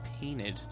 painted